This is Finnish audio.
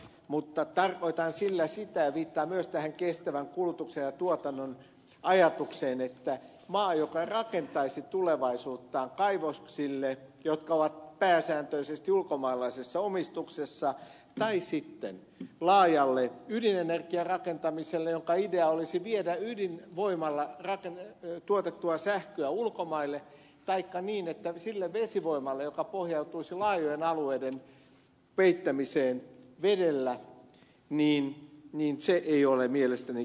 mutta tarkoitan sillä sitä ja viittaan myös tähän kestävän kulutuksen ja tuotannon ajatukseen että jos maa rakentaisi tulevaisuuttaan kaivoksille jotka ovat pääsääntöisesti ulkomaalaisessa omistuksessa tai sitten laajalle ydinenergiarakentamiselle jonka idea olisi viedä ydinvoimalla tuotettua sähköä ulkomaille taikka vesivoimalle joka pohjautuisi laajojen alueiden peittämiseen vedellä se ei ole mielestäni kestävää politiikkaa